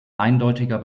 eindeutiger